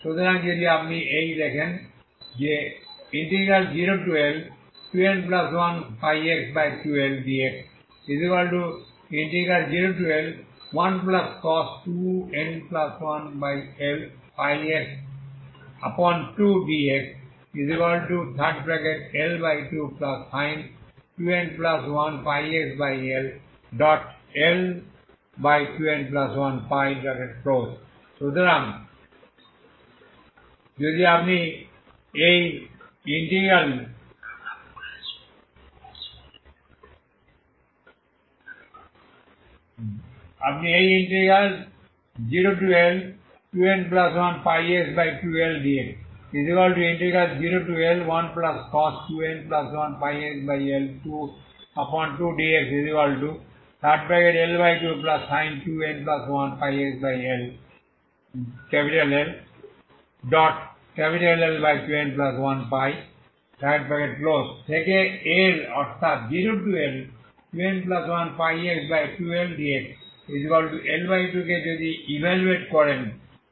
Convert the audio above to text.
সুতরাং যদি আপনি এই 0L2n1πx2L dx0L1cos 2n1πxL 2dxL2sin 2n1πxL L2n1 থেকে L অর্থাৎ 0L2n1πx2L dxL2 কে যদি ইভালুয়েট করেন